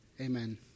amen